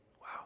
Wow